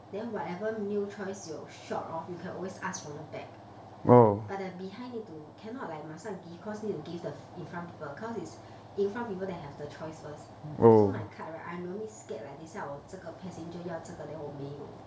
then whatever meal choice you short of you can always ask from the back but the behind need to cannot like 马上 give because need to give the in front people because it's in front people that have the choice first so my cart right I only scared like 等一下我这个 passenger 要这个 then 我没有